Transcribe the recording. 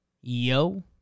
Yo